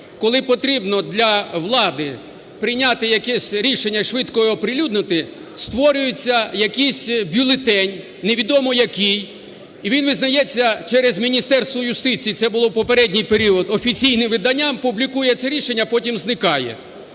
Коли потрібно для влади прийняти якесь рішення швидко і оприлюднити, створюється якийсь бюлетень, невідомо який, і він визнається через Міністерство юстиції, це було у попередній період, офіційним виданням, публікує це рішення, а потім зникає.